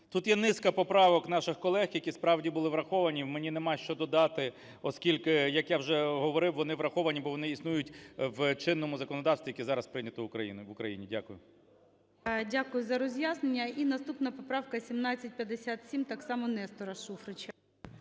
Тут є низка поправок наш колег, які справді були враховані, мені немає, що додати, оскільки, як я вже говорив, вони враховані, бо вони існують в чинному законодавстві, яке зараз прийнято в Україні. Дякую. ГОЛОВУЮЧИЙ. Дякую за роз'яснення. І наступна поправка 1757 – так само Нестора Шуфрича.